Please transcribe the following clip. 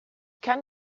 kann